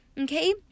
okay